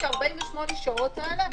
מאחר שמדובר על פעולה שהיא פעולה דרקונית